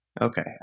Okay